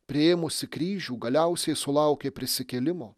priėmusi kryžių galiausiai sulaukė prisikėlimo